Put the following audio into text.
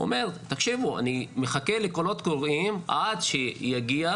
תקשיבו אני מחכה ל"קולות קוראים" עד שיגיע